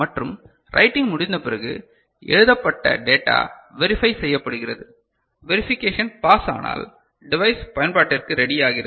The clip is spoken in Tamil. மற்றும் ரைட்டிங் முடிந்தபிறகு எழுதப்பட்ட டேட்டா வெரிபை செய்யப்படுகிறது வெரிபிகேஷன் பாஸ் ஆனால் டிவைஸ் பயன்பாட்டிற்கு ரெடி ஆகிறது